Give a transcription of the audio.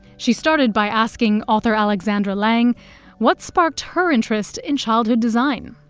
she started by asking author alexandra lange what sparked her interest in childhood design?